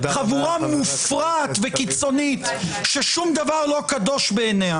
חבורה מופרעת וקיצונית ששום דבר לא קדוש בעיניה.